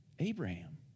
Abraham